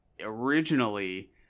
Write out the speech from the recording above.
originally